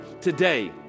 today